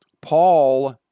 Paul